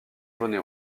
jaunes